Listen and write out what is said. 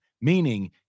Meaning